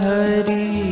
Hari